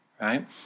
Right